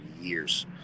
years